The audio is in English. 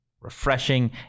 refreshing